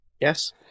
Yes